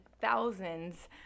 thousands